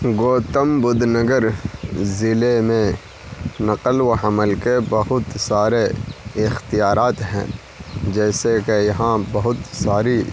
گوتم بدھ نگر ضلعے میں نقل و حمل کے بہت سارے اختیارات ہیں جیسے کہ یہاں بہت ساری